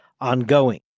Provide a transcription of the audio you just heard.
ongoing